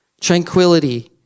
tranquility